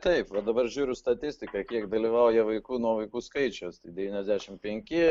taip va dabar žiūriu statistiką kiek dalyvauja vaikų nuo vaikų skaičiaus devyniasdešimt penki